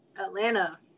Atlanta